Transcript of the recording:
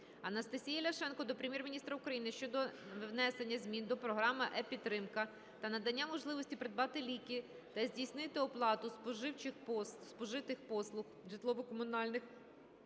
Анастасії Ляшенко до Прем'єр-міністра України щодо внесення змін до Програми "єПідтримка" та надання можливості придбати ліки та здійснити оплату спожитих житлово-комунальних